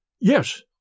Yes